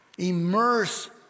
Immerse